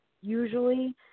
usually